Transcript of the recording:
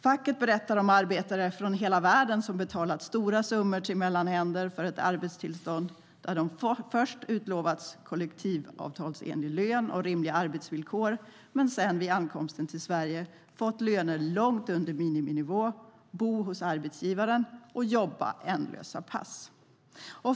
Facket berättar om arbetare från hela världen som betalat stora summor till mellanhänder för ett arbetstillstånd där de först utlovats kollektivavtalsenlig lön och rimliga arbetsvillkor men sedan, vid ankomsten i Sverige, fått löner långt under miniminivå. De har fått bo hos arbetsgivaren och jobba ändlösa pass.